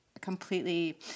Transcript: completely